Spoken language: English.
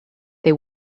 they